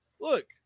Look